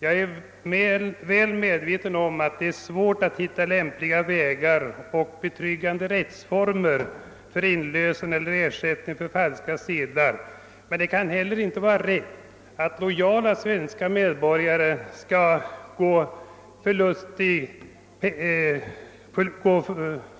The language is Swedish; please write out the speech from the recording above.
Jag är väl medveten om att det är svårt att finna lämpliga vägar och betryggande rättsformer för inlösen av eller ersättning för falska sedlar, men det kan inte heller vara riktigt att lojala svenska medborgare skall göra